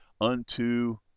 unto